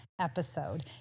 episode